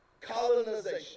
colonization